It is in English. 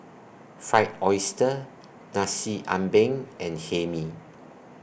Fried Oyster Nasi Ambeng and Hae Mee